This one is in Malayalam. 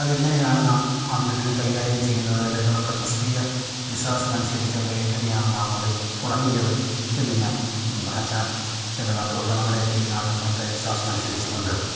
അത് എങ്ങനെയാണ് നാം ആ വീടിനെ കൈകാര്യം ചെയ്യുന്നത് അല്ലെങ്കിൽ നമ്മുടെ ക്രിസ്തിയ വിശ്വാസം അനുസരിച്ചത് എങ്ങനെയാണ് നാം അത് തുടങ്ങിയത് എന്ന് ഞാൻ അച്ചനെ ചെന്ന് കണ്ടു അപ്പോൾ നമ്മുടെ ഈ നാട്ടിൻ പുറത്തെ വിശ്വാസം അനുസരിച്ചു കൊണ്ട്